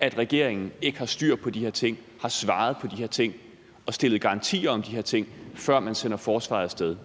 at regeringen ikke har styr på de her ting, har svaret på de her ting og stillet garantier om de her ting, før man sender forsvaret af sted.